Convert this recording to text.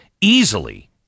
easily